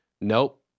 nope